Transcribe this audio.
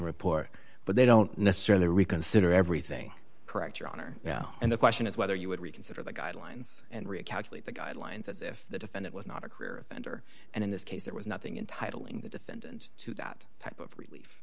report but they don't necessarily reconsider everything correct your honor yeah and the question is whether you would reconsider the guidelines and recalculate the guidelines if the defendant was not a career offender and in this case there was nothing in titling the defendant to that type of relief